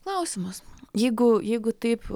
klausimas jeigu jeigu taip